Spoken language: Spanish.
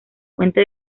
fuente